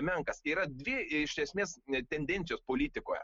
menkas yra dvi iš esmės tendencijos politikoje